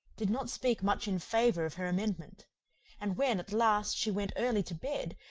did not speak much in favour of her amendment and when, at last, she went early to bed,